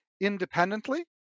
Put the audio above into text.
independently